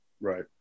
Right